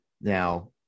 Now